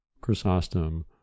Chrysostom